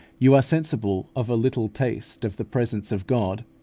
you are sensible of a little taste of the presence of god,